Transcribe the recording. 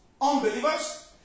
unbelievers